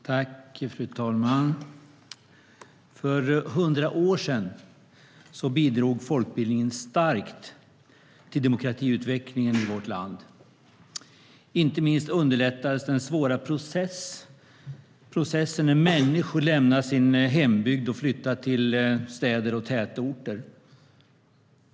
Fru talman! För 100 år sedan bidrog folkbildningen starkt till demokratiutvecklingen i vårt land. Inte minst underlättades den svåra processen när människor lämnade sin hembygd och flyttade till städer och tätorter.